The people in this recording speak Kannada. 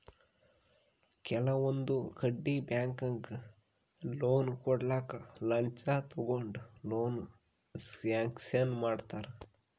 ಕೆಲವೊಂದ್ ಕಡಿ ಬ್ಯಾಂಕ್ದಾಗ್ ಲೋನ್ ಕೊಡ್ಲಕ್ಕ್ ಲಂಚ ತಗೊಂಡ್ ಲೋನ್ ಸ್ಯಾಂಕ್ಷನ್ ಮಾಡ್ತರ್